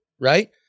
right